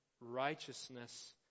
righteousness